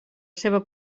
seva